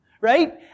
right